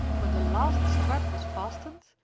when the last strap was fastened,